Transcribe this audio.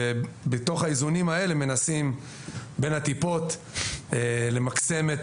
ובתוך האיזונים האלה מנסים בין הטיפות למקסם את